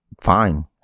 Fine